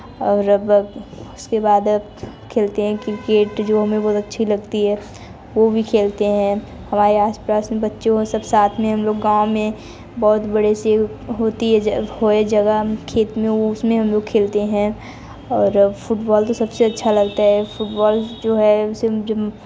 और उसके बाद खेलते हैं क्रिकेट जो हमें बहुत अच्छी लगती है वो भी खेलते हैं हमारे आस पास में बच्चे वो सब साथ में हम लोग गाँव में बहुत बड़े से होती है हो ये जगह खेत में उसमें हम लोग खेलते हैं और फुटबॉल तो सबसे अच्छा लगता है फुटबॉल जो है उसे जब